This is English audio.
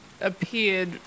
appeared